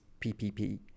PPP